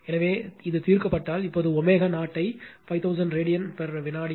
எனவே தீர்க்கப்பட்டால் இப்போது ω0 ஐ 5000 ரேடியன்வினாடிக்கு